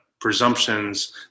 presumptions